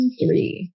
three